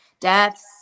deaths